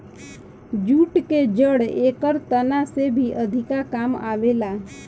jute के जड़ एकर तना से भी अधिका काम आवेला